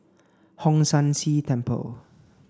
Hong San See Temple